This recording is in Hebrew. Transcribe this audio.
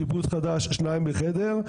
שיפוץ חדש 2 בחדר.